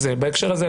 הזה,